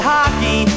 Hockey